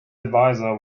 advisor